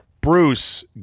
Bruce